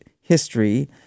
history